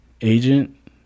agent